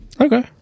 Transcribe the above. Okay